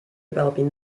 developing